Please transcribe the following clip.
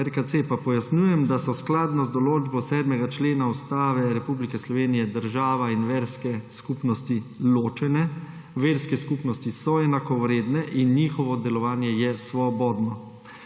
RKC, pa pojasnjujem, da so skladno z določbo 7. člena Ustave Republike Slovenije država in verske skupnosti ločene. Verske skupnosti so enakovredne in njihovo delovanje je svobodno.